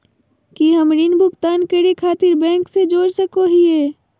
की हम ऋण भुगतान करे खातिर बैंक से जोड़ सको हियै?